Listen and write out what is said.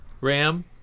Ram